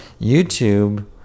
YouTube